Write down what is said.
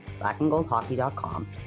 blackandgoldhockey.com